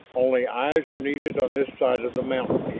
only, eyes are needed on this side of the mountains.